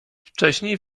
wcześniej